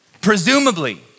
Presumably